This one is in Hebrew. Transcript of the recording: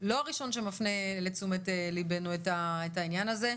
אתה לא הראשון שמפנה לתשומת ליבנו את העניין הזה.